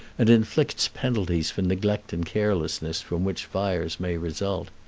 and inflicts penalties for neglect and carelessness from which fires may result.